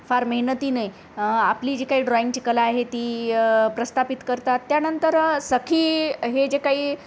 फार मेहनतीने आपली जी काही ड्रॉईंगची कला आहे ती प्रस्थापित करतात त्यानंतर सखी हे जे काही